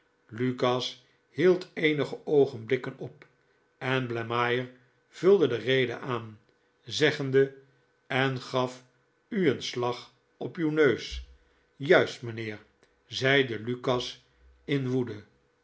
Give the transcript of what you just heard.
lukas hield eenige oogenblikken op en blamire vulde de rede aan zeggende en gaf u een slag op uw neus juist mijnheer precies zeide lukas in woede